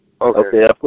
Okay